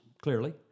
clearly